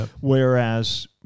whereas